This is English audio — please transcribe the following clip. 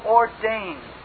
ordained